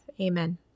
Amen